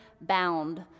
Bound